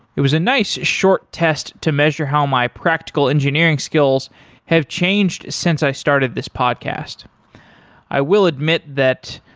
it was a nice short test to measure how my practical engineering skills have changed since i started this podcast i will admit that,